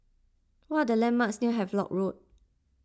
what are the landmarks near Havelock Road